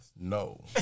No